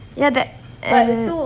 ya that and